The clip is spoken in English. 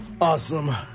Awesome